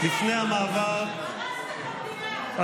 לפני המעבר, הרסת את המדינה.